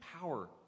power